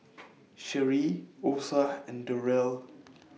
Sherie Osa and Derrell